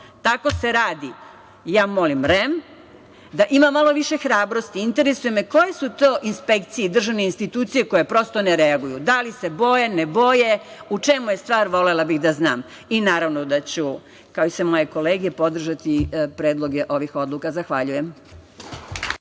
Tako se radi. Ja molim REM da ima malo više hrabrosti. Interesuje me koje su to inspekcije i državne institucije koje prosto ne reaguju? Da li se boje, ne boje, u čemu je stvar, volela bih da znam. Naravno da ću, kao i sve moje kolege, podržati predloge ovih odluka. Zahvaljujem.